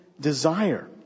desire